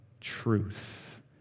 truth